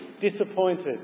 disappointed